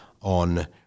on